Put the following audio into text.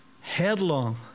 headlong